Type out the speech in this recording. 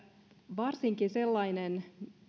varsinkin sellainen